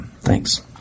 thanks